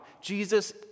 Jesus